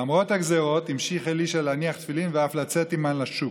למרות הגזרות המשיך אלישע להניח תפילין ואף לצאת עימן לשוק.